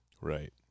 Right